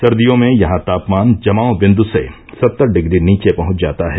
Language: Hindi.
सर्दियों में यहां तापमान जमाव बिन्दु से सत्तर डिग्री नीचे पहुंच जाता है